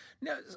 Now